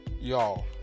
Y'all